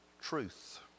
truth